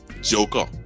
Joker